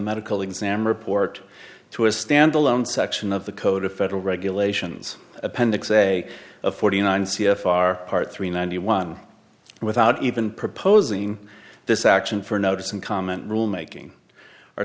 medical exam report to a standalone section of the code of federal regulations appendix a of forty nine c f r part three ninety one without even proposing this action for notice and comment rule making our